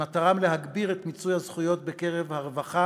שמטרתם להגביר את מיצוי הזכויות ברווחה